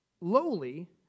Lowly